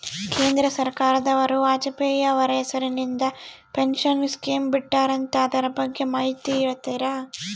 ಕೇಂದ್ರ ಸರ್ಕಾರದವರು ವಾಜಪೇಯಿ ಅವರ ಹೆಸರಿಂದ ಪೆನ್ಶನ್ ಸ್ಕೇಮ್ ಬಿಟ್ಟಾರಂತೆ ಅದರ ಬಗ್ಗೆ ಮಾಹಿತಿ ಹೇಳ್ತೇರಾ?